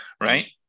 right